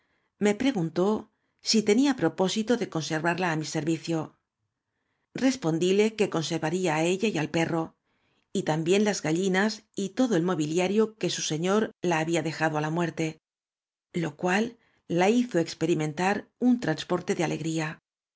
me preguntó si tenía propósito de conservarla á m í servicio respondile que con servaría á ella y ai perro y también las gallinas y todo el mobiliario que su señor le había dejado á la muerte lo cual la hizo experimentar un transporte de alegría